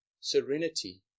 serenity